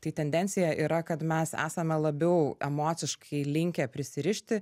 tai tendencija yra kad mes esame labiau emociškai linkę prisirišti